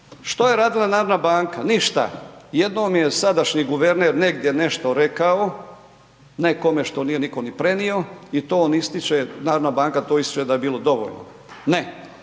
Što je radila Narodna banka? Ništa. Jednom je sadašnji guverner negdje nešto rekao nekome što niko nije ni prenio i to on ističe, Narodna banka to ističe da je bilo … Ne,